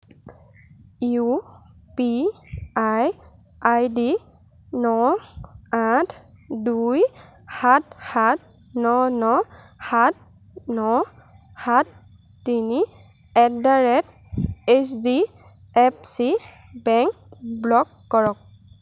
U P I ID ন আঠ দুই সাত সাত ন ন সাত ন সাত তিনি at the rate H D F C bank block কৰক